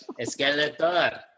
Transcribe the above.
Esqueleto